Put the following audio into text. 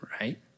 right